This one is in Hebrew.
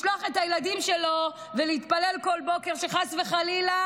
לשלוח את הילדים שלו ולהתפלל כל בוקר שחס וחלילה